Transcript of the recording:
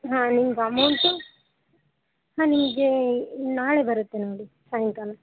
ಹಾಂ ನಿಮ್ಗೆ ಅಮೌಂಟು ಹಾಂ ನಿಮಗೆ ನಾಳೆ ಬರುತ್ತೆ ನೋಡಿ ಸಾಯಂಕಾಲ